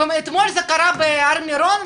אתמול זה קרה בהר מירון,